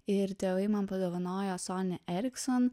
ir tėvai man padovanojo sony ericsson